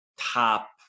top